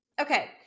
Okay